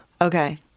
okay